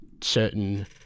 certain